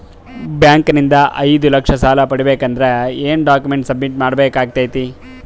Bank ನಿಂದ ಐದು ಲಕ್ಷ ಸಾಲ ಪಡಿಬೇಕು ಅಂದ್ರ ಏನ ಡಾಕ್ಯುಮೆಂಟ್ ಸಬ್ಮಿಟ್ ಮಾಡ ಬೇಕಾಗತೈತಿ?